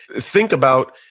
think about,